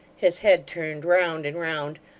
his head turned round and round,